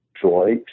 joy